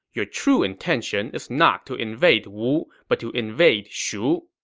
your true intention is not to invade wu, but to invade shu.